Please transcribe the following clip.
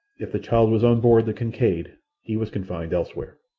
if the child was on board the kincaid he was confined elsewhere.